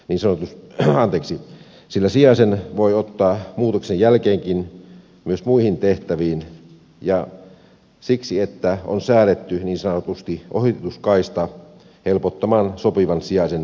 iisalmi jälkeen sillä sijaisen voi ottaa muutoksen jälkeenkin myös muihin tehtäviin ja siksi että on säädetty niin sanotusti ohituskaista helpottamaan sopivan sijaisen löytymistä